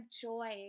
joy